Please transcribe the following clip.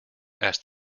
asked